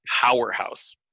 powerhouse